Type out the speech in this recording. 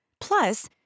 Plus